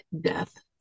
death